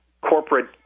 corporate